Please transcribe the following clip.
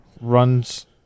runs